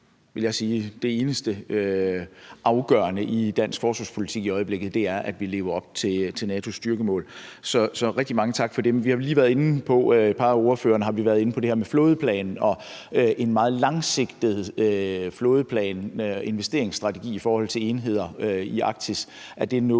vil jeg sige, det eneste afgørende i dansk forsvarspolitik i øjeblikket, nemlig at vi lever op til NATO's styrkemål. Så rigtig mange tak for det. Et par af ordførerne har lige været inde på det her med en flådeplan og en meget langsigtet flådeplan med en investeringsstrategi i forhold til enheder i Arktis.